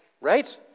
right